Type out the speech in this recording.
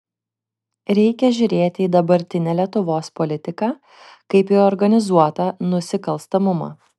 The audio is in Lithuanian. reikia žiūrėti į dabartinę lietuvos politiką kaip į organizuotą nusikalstamumą